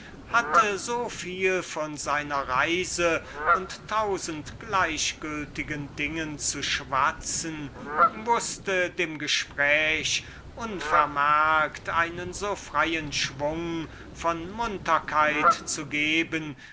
hatte so viel von seiner reise und tausend gleichgültigen dingen zu schwatzen und wußte dem gespräch einen so freien schwung von munterkeit zu geben